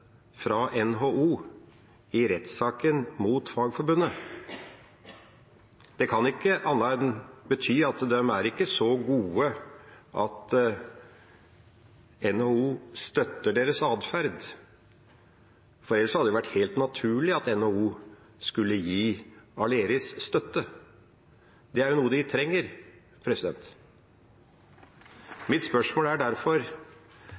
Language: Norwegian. at de er ikke så «gode» at NHO støtter deres atferd, for ellers hadde det vært helt naturlig at NHO skulle gi Aleris støtte. Det er jo noe de trenger. Mitt spørsmål er derfor: